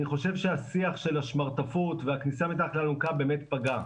אני חושב שהשיח של השמרטפות והכניסה מתחת לאלונקה באמת פגע,